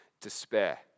despair